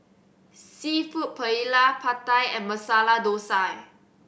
Seafood Paella Pad Thai and Masala Dosa